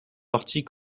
partie